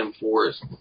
M4s